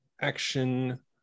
action